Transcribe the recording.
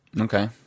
Okay